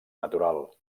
natural